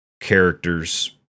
characters